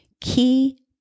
key